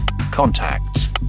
contacts